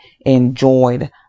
enjoyed